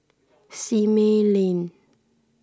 Simei Lane